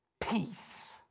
peace